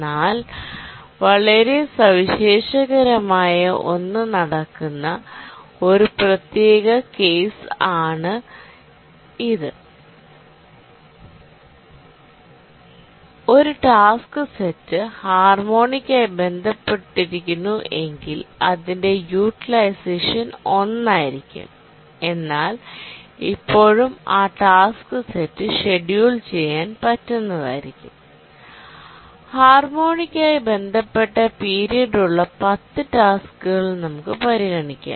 എന്നാൽ വളരെ സവിശേഷ കരമായ ഒന്ന് നടക്കുന്ന ഒരു പ്രത്യേക കേസ് ആണ് ഇത് ഒരു ടാസ്ക് സെറ്റ് ഹാർമോണിക് ആയി ബന്ധപ്പെട്ടിരിക്കുന്നു എങ്കിൽ അതിൻറെ യൂട്ടിലൈസേഷൻ ഒന്നായിരിക്കും എന്നാൽ ഇപ്പോഴും ആ ടാസ്ക് സെറ്റ് ഷെഡ്യൂൾ ചെയ്യാൻ ഞാൻ പറ്റുന്നത് ആയിരിക്കും ഹാർമോണിക് ആയി ബന്ധപ്പെട്ട പീരിയഡ് ഉള്ള10 ടാസ്കുകൾ നമുക്ക് പരിഗണിക്കാം